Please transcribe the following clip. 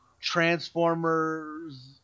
Transformers